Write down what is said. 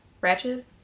Ratchet